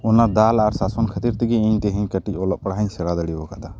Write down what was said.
ᱚᱱᱟ ᱫᱟᱞ ᱟᱨ ᱥᱟᱥᱚᱱ ᱠᱷᱟ ᱛᱤᱨ ᱛᱮᱜᱮ ᱤᱧ ᱛᱮᱦᱮᱧ ᱠᱟᱹᱴᱤᱡ ᱚᱞᱚᱜ ᱯᱟᱲᱦᱟᱜ ᱤᱧ ᱥᱮᱬᱟ ᱫᱟᱲᱮ ᱟᱠᱟᱫᱟ